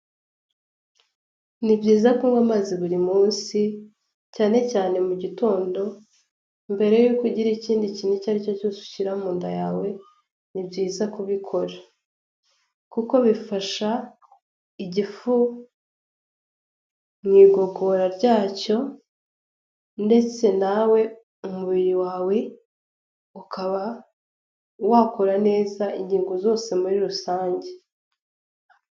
Ni byiza kunywa amazi buri munsi cyane cyane mugitondo mbere yuko ugira ikindi kintu icyo ari cyo cyose ushyira mu nda yawe, ni byiza kubikora, kuko bifasha igifu mu igogora ryacyo ndetse nawe umubiri wawe ukaba wakora neza, ingingo zose muri rusange.